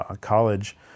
college